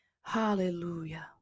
Hallelujah